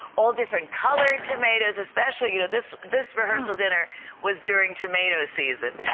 all different colored tomatoes, especially, you know, this this rehearsal dinner was during tomato season,